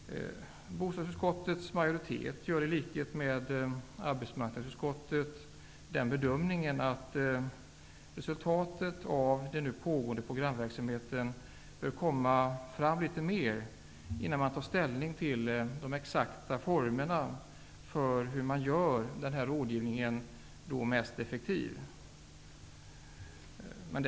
Bostadsutskottets majoritet gör, i likhet med arbetsmarknadsutskottet, bedömningen att resultatet av den nu pågående programverksamheten bör komma fram litet mer innan man tar ställning till de exakta formerna för hur rådgivningen kan göras så effektiv som möjligt.